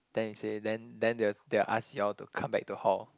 then you say then then they will they will ask you all to come back to hall